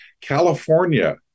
California